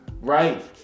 Right